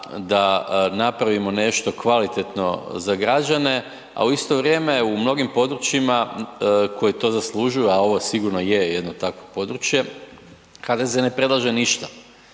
da napravimo nešto kvalitetno za građane, a u isto vrijeme u mnogim područjima koji to zaslužuju, a ovo sigurno je jedno takvo područje, HDZ ne predlaže ništa.